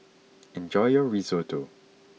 enjoy your Risotto